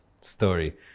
story